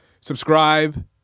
Subscribe